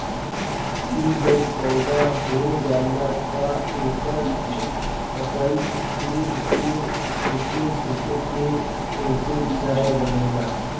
इ जब पौधा हो जाला तअ एकर पतइ तूर के ओके सुखा के ओसे चाय बनेला